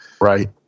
right